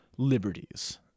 Liberties